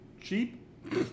cheap